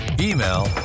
email